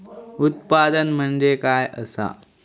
उत्पादन म्हणजे काय असा?